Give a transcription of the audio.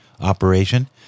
operation